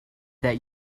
that